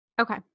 okay